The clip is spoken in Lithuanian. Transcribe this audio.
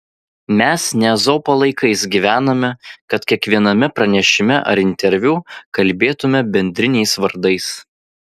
mes ne ezopo laikais gyvename kad kiekviename pranešime ar interviu kalbėtume bendriniais vardais